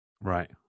right